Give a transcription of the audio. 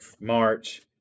March